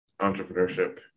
entrepreneurship